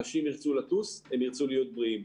אנשים ירצו לטוס והם ירצו להיות בריאים.